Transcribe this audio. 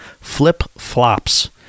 flip-flops